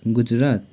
Gujarat